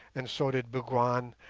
and so did bougwan,